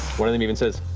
one of them even says,